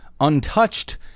untouched